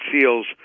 Seals